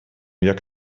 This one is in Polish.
jak